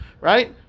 right